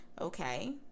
okay